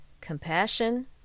compassion